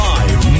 Live